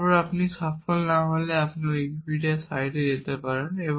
তারপর আপনি সফল না হলে আপনি উইকিপিডিয়া সাইটে যেতে পারেন